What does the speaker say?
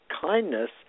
kindness